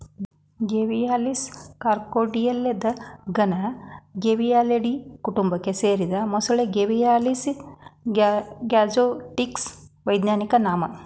Gavialis Crocodilia ಗಣದ Gavialidae ಕುಟುಂಬಕ್ಕೆ ಸೇರಿದ ಮೊಸಳೆ ಗೇವಿಯಾಲಿಸ್ ಗ್ಯಾಂಜೆಟಿಕಸ್ ವೈಜ್ಞಾನಿಕ ನಾಮ